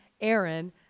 Aaron